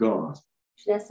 God